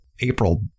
April